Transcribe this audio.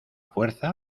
fuerza